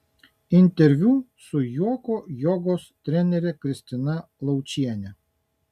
interviu su juoko jogos trenere kristina laučiene